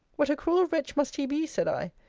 what a cruel wretch must he be, said i,